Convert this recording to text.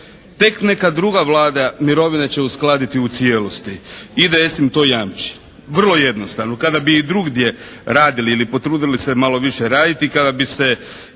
Tek neka druga Vlada mirovine će uskladiti u cijelosti, IDS im to jamči. Vrlo jednostavno. Kada bi i drugdje radili ili potrudili se malo više raditi, kada bi se